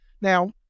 Now